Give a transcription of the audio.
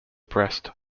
breast